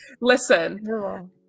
listen